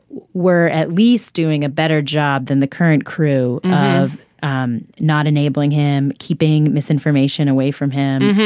were at least doing a better job than the current crew of um not enabling him keeping misinformation away from him.